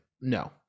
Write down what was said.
No